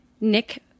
Nick